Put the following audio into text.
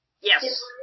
Yes